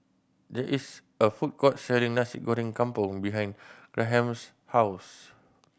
there is a food court selling Nasi Goreng Kampung behind Graham's house